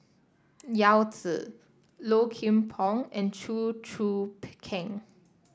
Yao Zi Low Kim Pong and Chew Choo Keng